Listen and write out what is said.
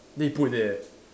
then he put there